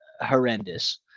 horrendous